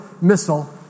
missile